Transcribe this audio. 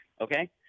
okay